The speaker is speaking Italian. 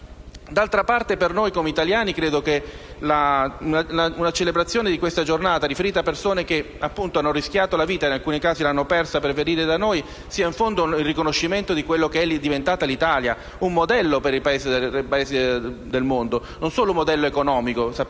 D'altra parte, per noi italiani, una celebrazione di una giornata, riferita a persone che, appunto, hanno rischiato la vita e, in alcuni casi, l'hanno persa per venire da noi, è in fondo un riconoscimento di ciò che è diventata l'Italia: un modello per i Paesi del mondo, e non solo di natura economica